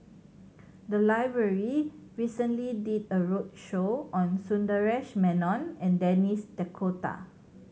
the library recently did a roadshow on Sundaresh Menon and Denis D'Cotta